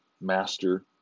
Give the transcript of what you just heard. master